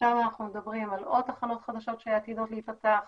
שם אנחנו מדברים על עוד תחנות חדשות שעתידות להיפתח,